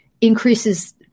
increases